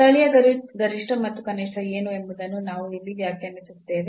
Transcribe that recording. ಸ್ಥಳೀಯ ಗರಿಷ್ಠ ಮತ್ತು ಕನಿಷ್ಠ ಏನು ಎಂಬುದನ್ನು ನಾವು ಇಲ್ಲಿ ವ್ಯಾಖ್ಯಾನಿಸುತ್ತೇವೆ